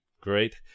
Great